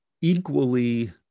equally